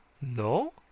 no